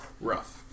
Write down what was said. Rough